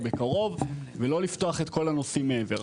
בקרוב ולא לפתוח את כל הנושאים מעבר.